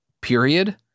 period